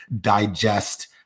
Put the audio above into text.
digest